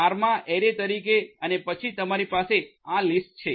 R માં array તરીકે અને પછી તમારી પાસે આ લિસ્ટ છે